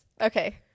Okay